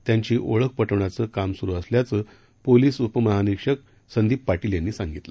त्यांची ओळख पटवण्याचं काम सुरु सिल्याचं पोलिस उपमहानिरीक्षक संदीप पाटील यांनी सांगितलं